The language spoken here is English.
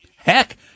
Heck